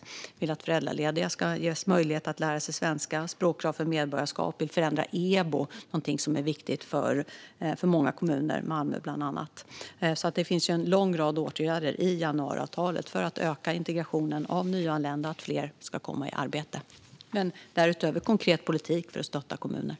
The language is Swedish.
Vi vill att föräldralediga ska ges möjlighet att lära sig svenska. Vi vill ha språkkrav för medborgarskap. Vi förändrar EBO, något som är viktigt för många kommuner, bland annat Malmö. Det finns alltså en lång rad åtgärder i januariavtalet för att öka integrationen av nyanlända och att fler ska komma i arbete. Därutöver bedriver vi en konkret politik för att stötta kommunerna.